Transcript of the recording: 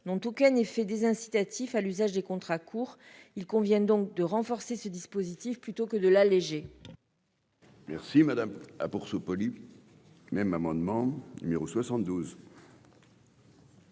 n'ont aucun effet des incitatifs à l'usage des contrats courts, il convient donc de renforcer ce dispositif plutôt que de l'alléger. Merci madame ah pour se même amendement numéro 72.